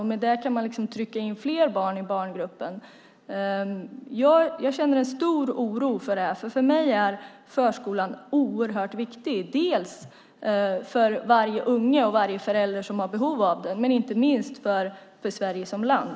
På det sättet kan man trycka in fler barn i barngruppen. Jag känner en stor oro för detta. Förskolan är nämligen oerhört viktig för mig. Den är viktig för varje unge och varje förälder som har behov av den och inte minst för Sverige som land.